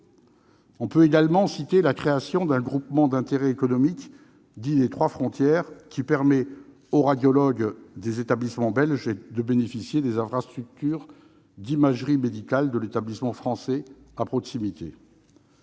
On peut également citer la création d'un groupement d'intérêt économique dit des « trois frontières », qui permet aux radiologues des établissements belges de bénéficier des infrastructures d'imagerie médicale de l'établissement français situé à proximité.